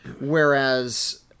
Whereas